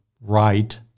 right